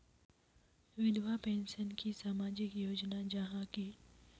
विधवा पेंशन की सामाजिक योजना जाहा की?